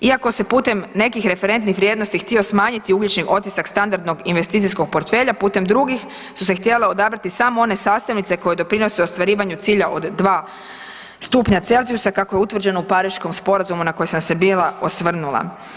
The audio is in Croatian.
Iako se putem nekih referentnih vrijednosti htio smanjiti ugljični otisak standardnog investicijskog portfelja putem drugih su se htjele odabrati samo one sastavnice koje doprinose ostvarivanju cilja od 2 stupnja Celzijusa kako je utvrđeno u Pariškom sporazumu na koji sam se bila osvrnula.